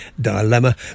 dilemma